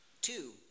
Two